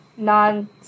non